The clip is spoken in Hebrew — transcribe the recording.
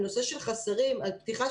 מיטות